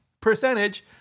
Percentage